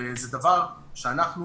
זה דבר שאנחנו